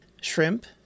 shrimp